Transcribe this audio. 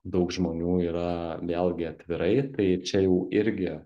daug žmonių yra vėlgi atvirai tai čia jau irgi